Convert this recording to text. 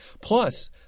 plus